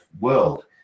world